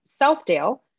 Southdale